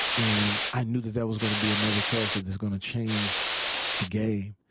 and i knew that that was gonna be another character that's gonna change the game.